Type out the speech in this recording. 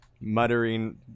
muttering